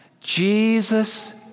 Jesus